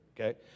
Okay